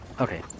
Okay